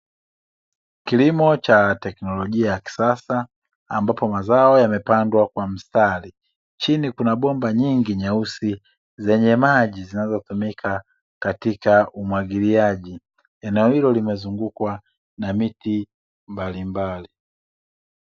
Kilimo cha teknolojia ya kisasa ambapo mazao yamepandwa kwa mstari, chini kuna bomba nyingi nyeusi zenye maji zinazotumika katika umwagiliaji, eneo hilo limezungukwa na miti mbalimbali.